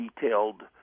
detailed